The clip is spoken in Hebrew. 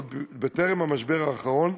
עוד בטרם המשבר האחרון,